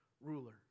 ruler